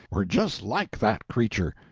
were just like that creature.